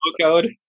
code